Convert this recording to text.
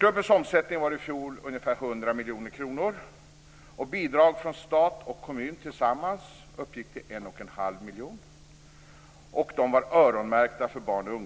Klubbens omsättning var i fjol ungefär 100 miljoner kronor.